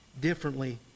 differently